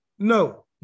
No